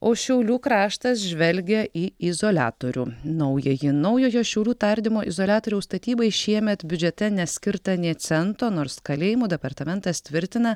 o šiaulių kraštas žvelgia į izoliatorių naująjį naujojo šiaulių tardymo izoliatoriaus statybai šiemet biudžete neskirta nė cento nors kalėjimų departamentas tvirtina